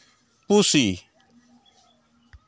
ᱯᱩᱥᱤ